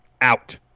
Out